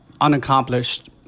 unaccomplished